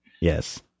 Yes